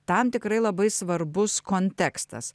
tam tikrai labai svarbus kontekstas